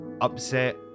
upset